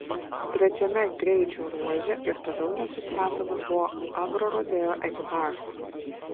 trečiame greičio ruože ir toliau nesustabdomas buvo agrorodeo ekipažas